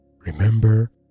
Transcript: Remember